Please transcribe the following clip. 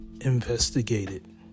investigated